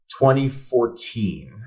2014